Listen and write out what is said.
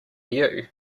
you